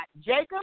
Jacob